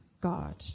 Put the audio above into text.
God